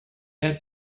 had